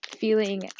feeling